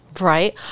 Right